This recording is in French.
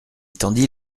tendit